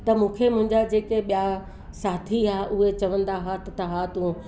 त मूंखे मुंहिंजा जेके ॿियां साथी हुआ उहे चवंदा हुआ त त हा तूं